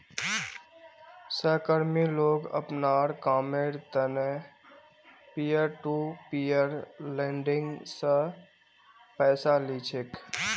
सहकर्मी लोग अपनार कामेर त न पीयर टू पीयर लेंडिंग स पैसा ली छेक